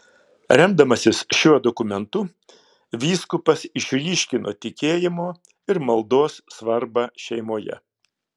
remdamasis šiuo dokumentu vyskupas išryškino tikėjimo ir maldos svarbą šeimoje